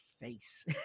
face